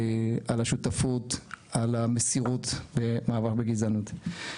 על השותפות, על המסירות במאבק בגזענות.